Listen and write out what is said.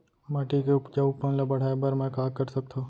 माटी के उपजाऊपन ल बढ़ाय बर मैं का कर सकथव?